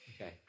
Okay